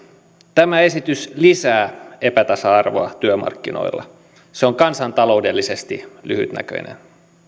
tämä esitys lisää epätasa arvoa työmarkkinoilla se on kansantaloudellisesti lyhytnäköinen